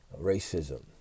racism